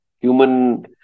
Human